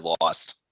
lost